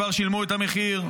כבר שילמו את המחיר,